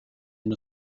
and